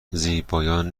زیبایان